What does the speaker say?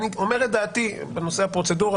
אני אומר את דעתי בנושא הפרוצדורה,